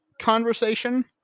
conversation